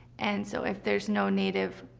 and so if there's no native